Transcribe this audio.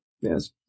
Yes